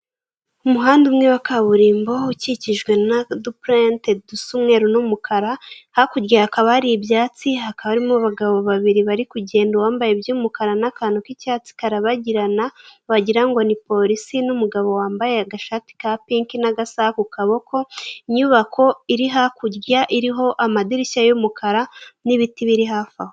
Umuhanda wa kaburimbo, ugabanyijwemo kabiri n'ubusitani burimo hagati. Hirya yawo hari abagabo babiri, umwe wambaye impuzankano y'abapolisi bo ku muhanda. Hirya y'abo bagabo hari inyubako ndende.